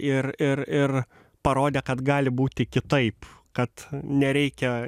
ir ir ir parodė kad gali būti kitaip kad nereikia